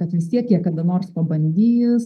kad vis tiek jie kada nors pabandys